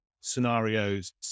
scenarios